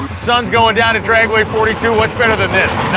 sun's goin' down at dragway forty two, what's better than this?